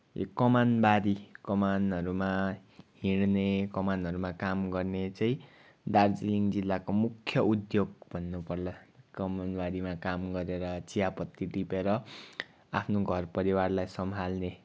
यो कमानबारी कमानहरूमा हिँड्ने कमानहरूमा काम गर्ने चाहिँ दार्जिलिङ जिल्लाको मुख्य उद्योग भन्नु पर्ला कमानबारीमा काम गरेर चियापत्ती टिपेर आफ्नो घर परिवारलाई सम्हाल्ने